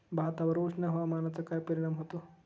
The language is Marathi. भातावर उष्ण हवामानाचा काय परिणाम होतो?